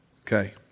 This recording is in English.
Okay